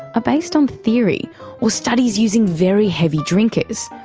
based on theory or studies using very heavy drinkers.